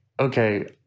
okay